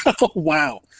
Wow